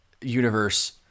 universe